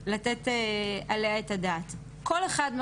שהיא התייחסות ואיזה שהוא שבריר בחוק שכבר קיים.